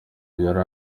yari